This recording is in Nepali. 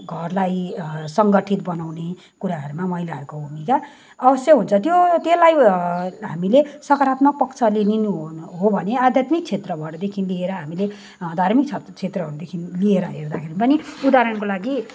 घरलाई सङ्गठित बनाउने कुराहरूमा महिलाहरूको भूमिका अवश्य हुन्छ त्यो त्यसलाई हामीले सकारात्मक पक्षले लिनु हो भने आध्यात्मिक क्षेत्रबाट देखिन लिएर हामीले धार्मिक क्षेत्रहरूहरूदेखिन लिएर हेर्दा देखिन पनि उदाहरणको लागि